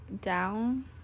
down